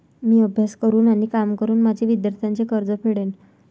मी अभ्यास करून आणि काम करून माझे विद्यार्थ्यांचे कर्ज फेडेन